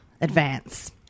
advance